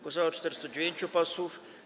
Głosowało 409 posłów.